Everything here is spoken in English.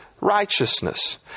righteousness